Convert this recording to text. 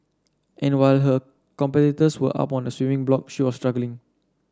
and while her competitors were up on the swimming block she was struggling